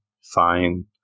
fine